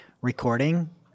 recording